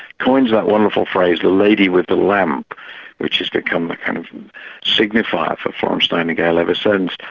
coins that wonderful phrase the lady with the lamp which has become the kind of signifier for florence nightingale ever since.